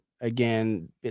Again